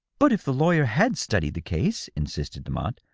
but if the lawyer had studied the case! insisted demotte.